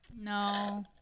No